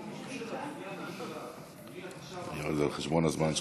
הקונטור של הבניין, יואל, זה על חשבון הזמן שלך.